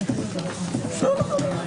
הישיבה ננעלה בשעה 14:23.